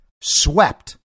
swept